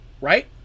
Right